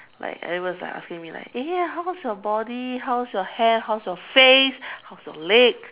like everybody was like asking me like eh how is your body how is your hair how is your face how is your leg